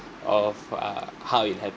of err how it happened